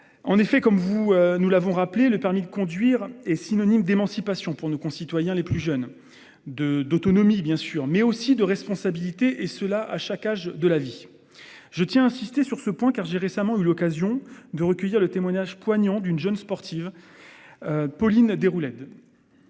peu notre discussion. Le permis de conduire est synonyme d'émancipation pour nos concitoyens les plus jeunes, d'autonomie bien sûr, mais aussi de responsabilité, et ce à tout âge de la vie. Je tiens à insister sur ce point, car j'ai récemment eu l'occasion de recueillir le témoignage poignant d'une jeune sportive, Pauline Déroulède.